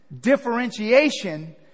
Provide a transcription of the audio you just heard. differentiation